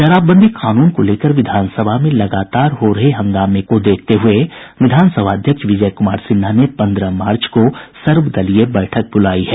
शराबबंदी कानून को लेकर विधानसभा में लगातार हो रहे हंगामे को देखते हुए विधानसभा अध्यक्ष विजय कुमार सिन्हा ने पन्द्रह मार्च को सर्वदलीय बैठक बुलायी है